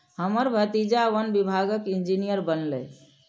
हमर भतीजा वन विभागक इंजीनियर बनलैए